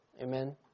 Amen